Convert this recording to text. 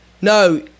No